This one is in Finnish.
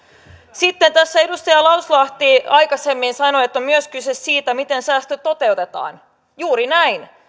sitten tässä edustaja lauslahti aikaisemmin sanoi että on myös kyse siitä miten säästöt toteutetaan juuri näin